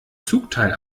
zugteil